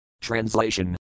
Translation